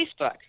Facebook